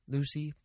Lucy